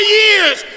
years